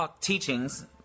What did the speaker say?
teachings